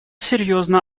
серьезно